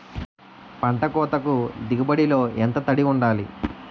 పంట కోతకు దిగుబడి లో ఎంత తడి వుండాలి?